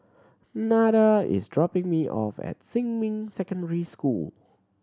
Nada is dropping me off at Xinmin Secondary School